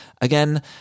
Again